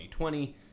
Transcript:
2020